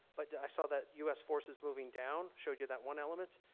but i saw that us forces moving down showed you that one element.